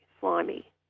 slimy